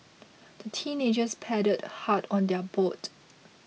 the teenagers paddled hard on their boat